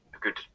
good